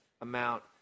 amount